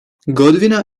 gotovina